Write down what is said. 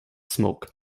smoke